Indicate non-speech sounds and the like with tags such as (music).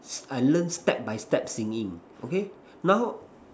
(noise) I learn step by step singing okay now